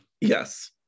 Yes